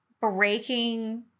Breaking